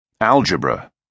algebra